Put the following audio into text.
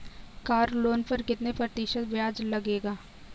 Car loan पर कितने प्रतिशत ब्याज लगेगा?